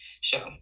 show